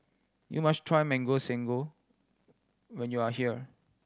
you must try Mango Sago when you are here